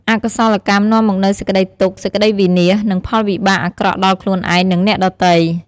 អកុសលកម្មនាំមកនូវសេចក្តីទុក្ខ សេចក្តីវិនាស និងផលវិបាកអាក្រក់ដល់ខ្លួនឯង និងអ្នកដទៃ។